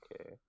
okay